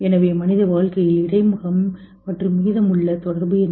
எனவே மனித வாழ்க்கையின் இடைமுகம் மற்றும் மீதமுள்ள தொடர்பு என்ன